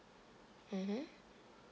mmhmm